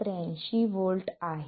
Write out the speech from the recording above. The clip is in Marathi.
83 व्होल्ट आहे